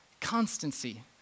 constancy